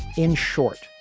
in short,